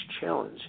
challenge